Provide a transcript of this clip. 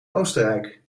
oostenrijk